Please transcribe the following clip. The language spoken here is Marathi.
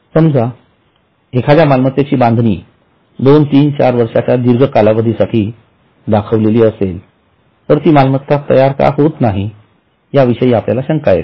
समजा एखाद्या मालमत्तेची बांधणी 2 3 4 वर्षांच्या दीर्घ कालावधी साठी दाखवलेली असेल तर ती मालमत्ता तयार का होत नाही याविषयी आपल्याला शंका येते